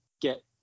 get